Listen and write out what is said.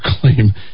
claim